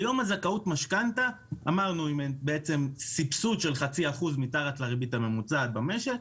היום הזכאות משכנתא היא סבסוד של חצי אחוז מתחת לריבית הממוצעת במשק.